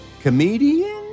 Comedian